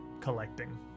collecting